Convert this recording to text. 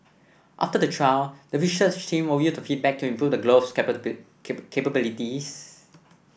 after the trial the research team will use the feedback to improve the glove's capabilities